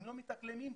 הם לא מתאקלמים פה,